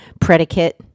Predicate